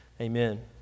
Amen